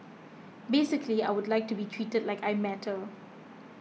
basically I would like to be treated like I matter